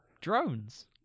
drones